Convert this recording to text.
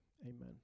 Amen